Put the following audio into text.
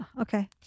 Okay